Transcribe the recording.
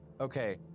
Okay